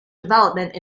development